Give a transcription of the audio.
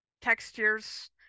textures